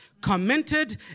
commented